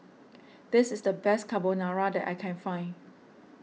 this is the best Carbonara that I can find